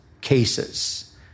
cases